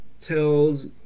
tells